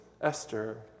Esther